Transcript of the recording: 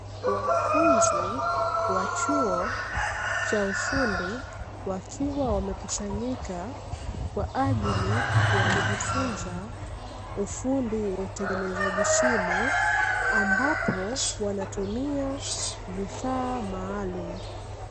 Wanafunzi wa chuo cha ufundi, wakiwa wamekusanyika kwaajili ya kujifunza ufundi wa utengenezaji simu, ambapo wanatumia vifaa maalumu.